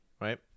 right